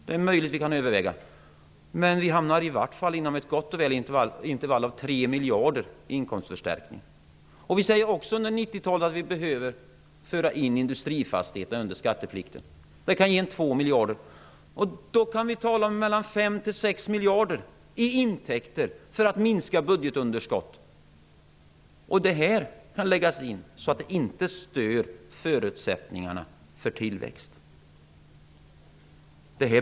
Det är möjligt att vi kan överväga det. Men vi hamnar i vart fall på en inkomstförstärkning på gott och väl 3 miljarder. Vi säger också att industrifastigheterna behöver föras in under skatteplikten på 1990-talet. Det kan ge 2 miljarder. Vi kan alltså tala om 5--6 miljarder i intäkter, för att minska budgetunderskottet. Dessa skatteskärpningar kan läggas in så att de inte stör förutsättningarna för tillväxt.